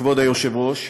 כבוד היושב-ראש,